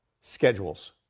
schedules